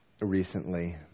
recently